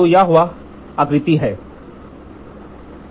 तो यह वह आकृति है जो गियर के आकृति में A चिह्नित है